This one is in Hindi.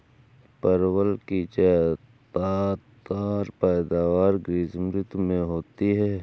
परवल की ज्यादातर पैदावार ग्रीष्म ऋतु में होती है